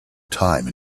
time